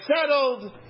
settled